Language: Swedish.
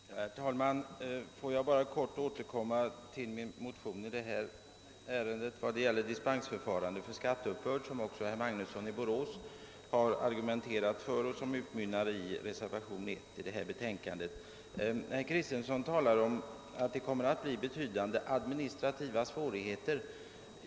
Herr talman! Får jag bara helt kort återkomma till min motion i detta ären de i vad gäller dispensförfarandet för skatteuppbörder, vilken också herr Magnusson i Borås har argumenterat för och som utmynnar i reservation nr 1 till betänkandet. Herr Kristenson talade om att det kommer att uppstå betydande administrativa svårigheter.